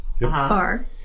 car